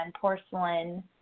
porcelain